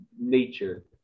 nature